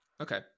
okay